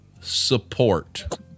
support